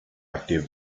active